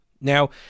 Now